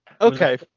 Okay